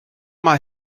mae